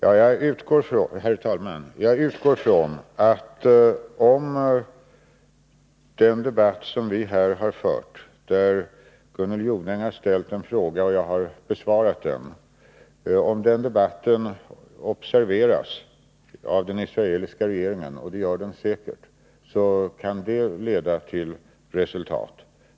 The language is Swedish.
Herr talman! Om den debatt som vi har fört här, där Gunnel Jonäng har ställt en fråga och jag besvarat den, observeras av den israeliska regeringen — och det gör den säkert — utgår jag från att detta kan leda till resultat.